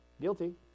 Guilty